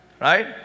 Right